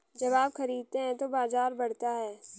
जब आप खरीदते हैं तो बाजार बढ़ता है